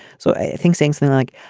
so i think things like